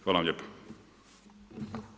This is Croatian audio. Hvala vam lijepo.